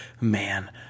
Man